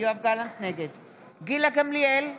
גילה גמליאל,